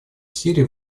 сирии